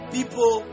People